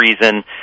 reason